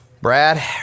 Brad